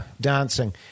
dancing